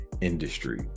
industry